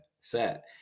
set